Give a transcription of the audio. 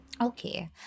Okay